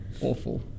awful